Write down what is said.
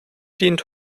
dient